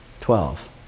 Twelve